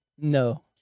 No